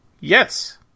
Yes